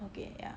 okay ya